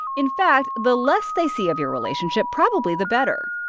in fact, the less they see of your relationship, probably the better.